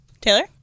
Taylor